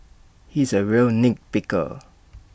he is A real nit picker